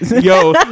Yo